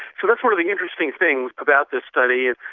sort of one of the interesting things about this study.